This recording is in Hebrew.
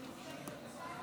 שלוש דקות.